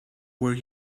where